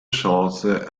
chance